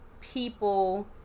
people